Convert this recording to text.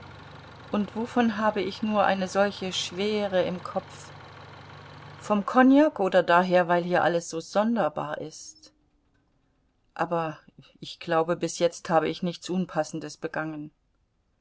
und wovon habe ich nur eine solche schwere im kopf vom kognak oder daher weil hier alles so sonderbar ist aber ich glaube bis jetzt habe ich nichts unpassendes begangen